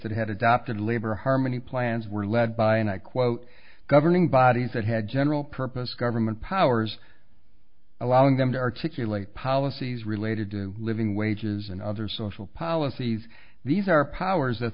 that had adopted labor harmony plans were led by and i quote governing bodies that had general purpose government powers allowing them to articulate policies related to living wages and other social policies these are powers th